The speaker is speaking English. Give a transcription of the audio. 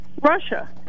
Russia